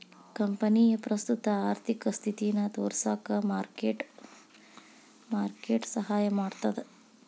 ಕಂಪನಿಯ ಪ್ರಸ್ತುತ ಆರ್ಥಿಕ ಸ್ಥಿತಿನ ತೋರಿಸಕ ಮಾರ್ಕ್ ಟು ಮಾರ್ಕೆಟ್ ಸಹಾಯ ಮಾಡ್ತದ